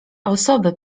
osoby